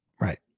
Right